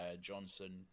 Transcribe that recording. johnson